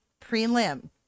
prelim